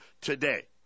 today